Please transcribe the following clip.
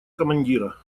командира